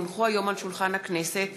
כי הונחו היום על שולחן הכנסת,